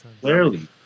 clearly